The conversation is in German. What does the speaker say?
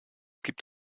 gibt